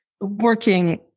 working